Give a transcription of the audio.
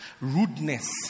rudeness